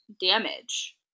damage